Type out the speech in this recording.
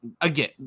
again